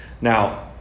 Now